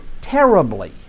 terribly